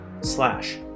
slash